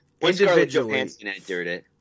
individually